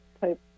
type